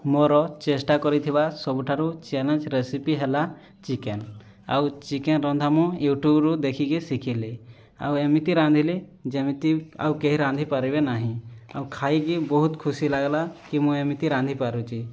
ମୋର ଚେଷ୍ଟା କରିଥିବା ସବୁଠାରୁ ଚ୍ୟାଲେଞ୍ଜ ରେସିପି ହେଲା ଚିକେନ ଆଉ ଚିକେନ ରନ୍ଧା ମୁଁ ୟୁଟ୍ୟୁବରୁ ଦେଖିକି ଶିଖିଲି ଆଉ ଏମିତି ରାନ୍ଧିଲି ଯେମିତି ଆଉ କେହି ରାନ୍ଧି ପାରିବେ ନାହିଁ ଆଉ ଖାଇକି ବହୁତ ଖୁସି ଲାଗିଲାକି ମୁଁ ଏମିତି ରାନ୍ଧି ପାରୁଛି